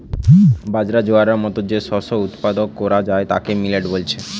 বাজরা, জোয়ারের মতো যে শস্য উৎপাদন কোরা হয় তাকে মিলেট বলছে